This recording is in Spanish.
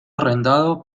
arrendado